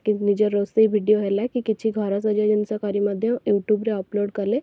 କି ନିଜ ରୋଷଇ ଭିଡ଼ିଓ ହେଲାକି କିଛି ଘର ସଜେଇବା ଜିନିଷ କରି ମଧ୍ୟ ୟୁଟ୍ୟୁବ୍ରେ ଅପଲୋଡ଼୍ କଲେ